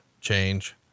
change